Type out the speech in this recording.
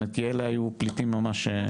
זאת אומרת, אלה היו פליטים ממש.